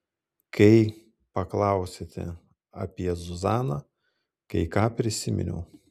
kai paklausėte apie zuzaną kai ką prisiminiau